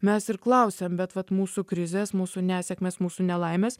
mes ir klausiam bet vat mūsų krizės mūsų nesėkmės mūsų nelaimės